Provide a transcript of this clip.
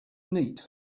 neat